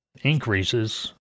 increases